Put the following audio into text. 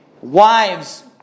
wives